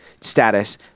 Status